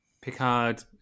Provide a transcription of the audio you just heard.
Picard